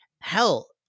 hell